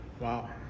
Wow